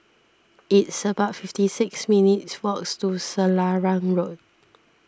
it's about fifty six minutes' walks to Selarang Road